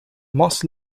moss